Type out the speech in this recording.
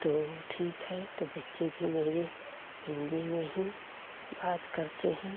तो ठीक है तो बच्चे भी मेरे हिन्दी में ही बात करते हैं